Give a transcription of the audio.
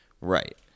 Right